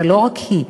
אבל לא רק היא,